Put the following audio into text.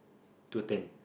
to attend